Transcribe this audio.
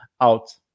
out